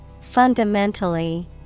Fundamentally